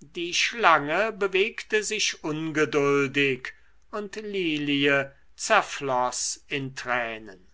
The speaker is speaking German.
die schlange bewegte sich ungeduldig und lilie zerfloß in tränen